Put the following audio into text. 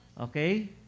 Okay